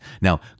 Now